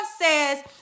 says